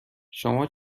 شما